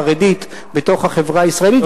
זה טוב גם לחברה החרדית בתוך החברה הישראלית,